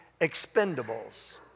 expendables